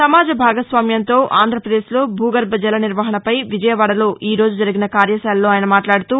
సమాజ భాగస్వామ్యంతో ఆంధ్రప్రదేశ్లో భూగర్బ జల నిర్వహణపై విజయవాడలో ఈరోజు జరిగిన కార్యశాలలో ఆయన మాట్లాడుతూ